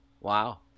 Wow